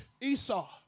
Esau